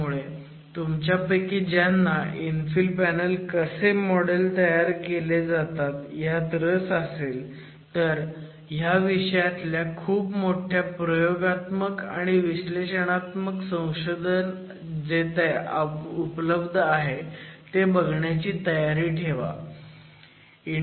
त्यामुळे तुमच्यापैकी ज्यांना इन्फिल पॅनल कसे मॉडेल केले जातात ह्यात रस असेल तर ह्या विषयातल्या खूप मोठ्या प्रयोगात्मक आणि विश्लेषणात्मक संशोधन बघण्याची तयारी ठेवा